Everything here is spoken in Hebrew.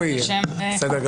בסדר גמור.